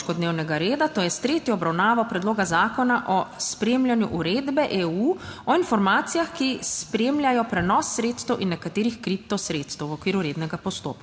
to je s tretjo obravnavo Predloga zakona o spremljanju Uredbe EU o informacijah, ki spremljajo prenos sredstev in nekaterih kripto sredstev v okviru rednega postopka.**